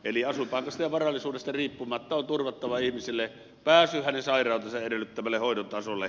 eli asuinpaikasta ja varallisuudesta riippumatta on turvattava ihmiselle pääsy hänen sairautensa edellyttämälle hoidon tasolle